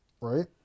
right